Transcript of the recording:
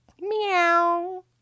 Meow